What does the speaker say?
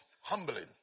humbling